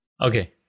Okay